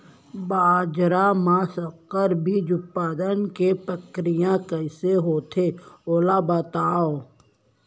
बाजरा मा संकर बीज उत्पादन के प्रक्रिया कइसे होथे ओला बताव?